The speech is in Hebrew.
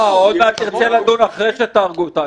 עוד מעט תרצה לדון אחרי שתהרגו את האנשים.